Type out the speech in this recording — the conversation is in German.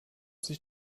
sich